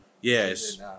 Yes